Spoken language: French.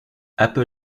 apple